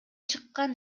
чыккан